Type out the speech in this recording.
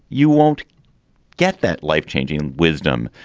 you won't get that life changing wisdom,